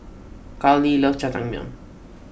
Karli loves Jajangmyeon